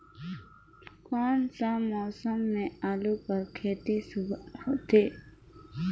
कोन सा मौसम म आलू कर खेती सुघ्घर होथे?